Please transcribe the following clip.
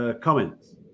comments